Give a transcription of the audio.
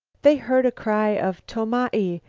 they heard a cry of, tomai!